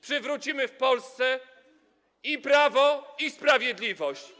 Przywrócimy w Polsce i prawo, i sprawiedliwość.